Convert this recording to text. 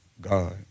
God